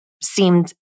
seemed